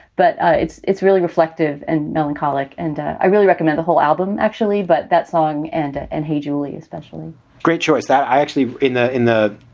but ah it's it's really reflective and melancholic. and i really recommend the whole album, actually but that song and that and hey julie, especially great choice that i actually in ah in the,